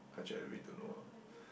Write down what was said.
actually I really don't know lah